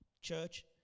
Church